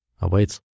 awaits